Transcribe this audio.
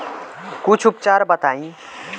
कुछ उपचार बताई?